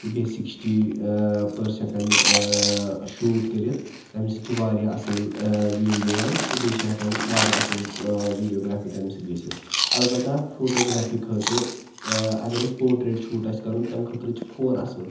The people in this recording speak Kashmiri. تہٕ بیٚیہِ سِکِسٹی ٲں پٔر سیٚکَنٛڈ ٲں شوٗٹ کٔرِتھ تَمہِ سۭتۍ چھِ واریاہ اصٕل ٲں وِیو یِوان تہٕ بیٚیہِ چھِ ہیٚکان واریاہ اصٕل ٲں ویٖڈیوگرٛافی تَمہِ سۭتۍ گٔژھِتھ اَلبَتہ فوٗٹوٗگرٛافی خٲطرٕ ٲں اگر اسہِ پوٹریٹ شوٗٹ آسہِ کَرُن تَمہِ خٲطرٕ چھِ فوٗن اصٕل